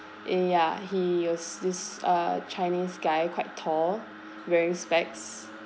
eh ya he was this uh chinese guy quite tall wearing specs